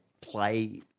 play